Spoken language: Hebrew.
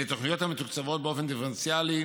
אלה תוכניות המתוקצבות באופן דיפרנציאלי,